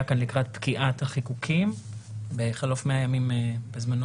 כאן לקראת פקיעת החיקוקים בחלוף 100 ימים בזמנו